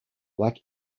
like